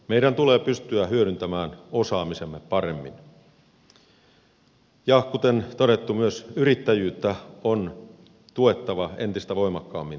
meidän tulee pystyä hyödyntämään osaamisemme paremmin ja kuten todettu myös yrittäjyyttä on tuettava entistä voimakkaammin